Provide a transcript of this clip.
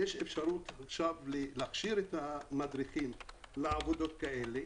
יש אפשרות עכשיו להכשיר את המדריכים לעבודות כאלה.